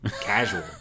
casual